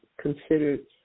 considered